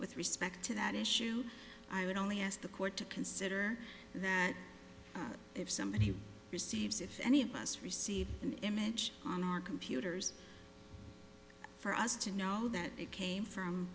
with respect to that issue i would only ask the court to consider that if somebody receives if any of us received an image on our computers for us to know that it came from